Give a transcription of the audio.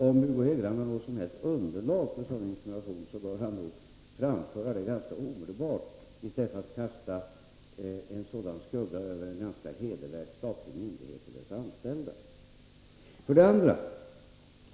Om Hugo Hegeland har något som helst underlag för en sådan insinuation bör han framlägga det ganska omedelbart i stället för att kasta en sådan skugga över en ganska hedervärd statlig myndighet och dess anställda.